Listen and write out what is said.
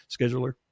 scheduler